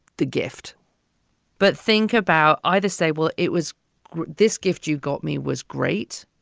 the gift but think about either say, well, it was this gift you got me was great.